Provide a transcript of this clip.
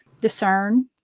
discern